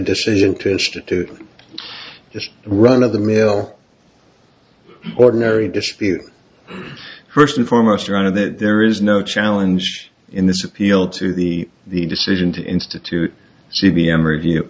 decision to institute just run of the mill ordinary dispute first and foremost your honor that there is no challenge in this appeal to the the decision to institute g b m review